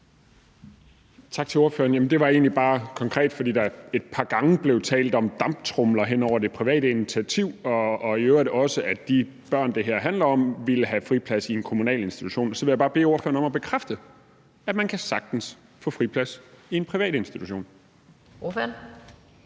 Tak til ordføreren. Der blev et par gange talt om damptromler hen over det private initiativ, og i øvrigt også at de børn, det her handler om, ville have friplads i en kommunal institution, og så ville jeg bare konkret bede ordføreren om at bekræfte, at man sagtens kan få friplads i en privat institution. Kl.